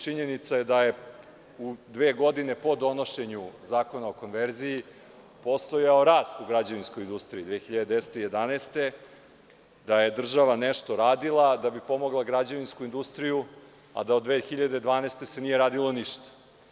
Činjenica je da je u dve godine po donošenju Zakona o konverziji postojao rast u građevinskoj industriji i 2010. i 2011. godine, da je država nešto radila da bi pomogla građevinsku industriju, a da se od 2012. godine nije radilo ništa.